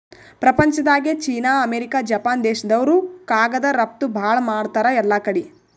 ಪ್ರಪಂಚ್ದಾಗೆ China, America, Japan ದೇಶ್ದವ್ರು ಕಾಗದ್ ರಫ್ತು ಭಾಳ್ ಮಾಡ್ತಾರ್ ಎಲ್ಲಾಕಡಿ